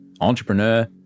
entrepreneur